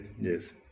yes